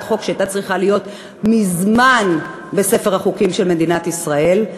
חוק שהייתה צריכה להיות מזמן בספר החוקים של מדינת ישראל.